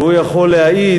והוא יכול להעיד,